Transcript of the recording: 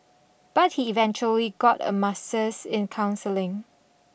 but he eventually got a master's in counselling